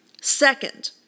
Second